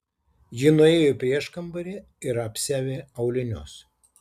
ji nuėjo į prieškambarį ir apsiavė aulinius